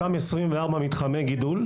אותם 24 מתחמי גידול,